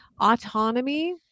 autonomy